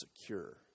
secure